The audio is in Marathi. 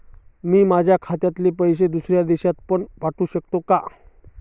मी माझ्या खात्यातील पैसे दुसऱ्या देशात पण पाठवू शकतो का?